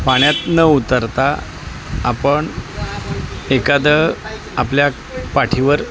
पाण्यात न उतरता आपण एखादं आपल्या पाठीवर